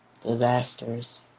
disasters